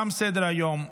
תם סדר-היום.